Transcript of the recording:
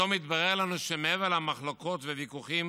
פתאום התברר לנו שמעבר למחלוקות והוויכוחים,